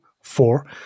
four